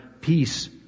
peace